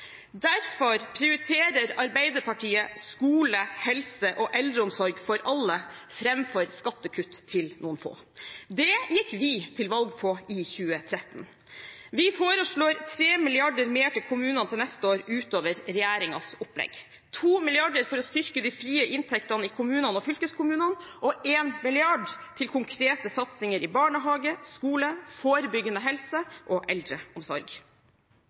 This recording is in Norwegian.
Derfor prioriterer Arbeiderpartiet skole, helse og eldreomsorg for alle framfor skattekutt til noen få. Det gikk vi til valg på i 2013. Vi foreslår 3 mrd. kr mer til kommunene til neste år utover regjeringens opplegg: 2 mrd. kr for å styrke de frie inntektene i kommunene og fylkeskommunene og 1 mrd. kr til konkrete satsinger i barnehage, skole, forebyggende helse og eldreomsorg.